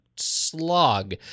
slog